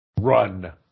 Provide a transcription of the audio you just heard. run